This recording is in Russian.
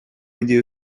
идею